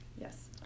yes